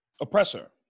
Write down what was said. oppressor